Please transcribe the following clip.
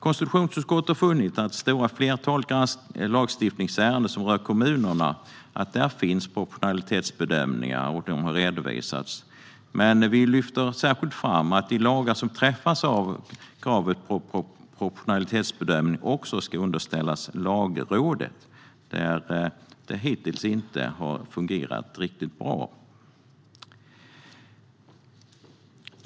Konstitutionsutskottet har funnit att i det stora flertalet lagstiftningsärenden som rör kommunerna har proportionalitetsbedömningar gjorts och redovisats. Men vi lyfter särskilt fram att de lagar som träffas av kravet på proportionalitetsbedömning också ska underställas Lagrådet för granskning. Det har hittills inte fungerat riktigt bra.